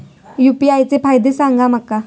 UPI चे फायदे सांगा माका?